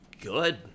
good